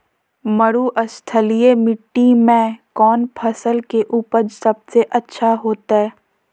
मरुस्थलीय मिट्टी मैं कौन फसल के उपज सबसे अच्छा होतय?